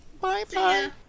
Bye-bye